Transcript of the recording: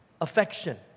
Affection